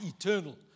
eternal